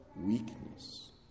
weakness